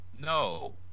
No